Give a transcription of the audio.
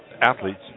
athletes